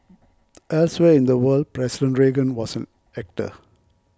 elsewhere in the world President Reagan was an actor